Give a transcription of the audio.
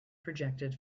projected